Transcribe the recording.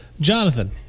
Jonathan